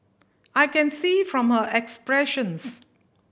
I can see from her expressions